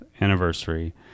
anniversary